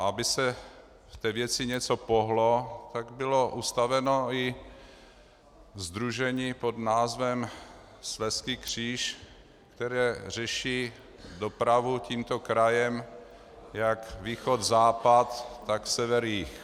Aby se v té věci něco pohnulo, tak bylo ustaveno i sdružení pod názvem Slezský kříž, které řeší dopravu tímto krajem jak východ západ, tak sever jih.